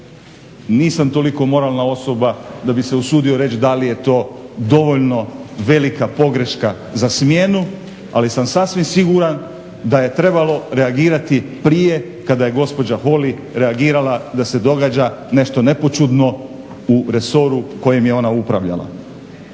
Nisam toliko moralna osoba da bi se usudio reći da li je to dovoljno velika pogreška za smjenu, ali sam sasvim siguran da je trebalo reagirati prije kada je gospođa Holy reagirala da se događa nešto nepoćudno u resoru kojim je ona upravljala.